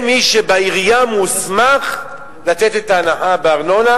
מי שמוסמך בעירייה לתת את ההנחה בארנונה?